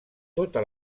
tota